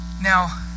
Now